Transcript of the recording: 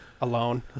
alone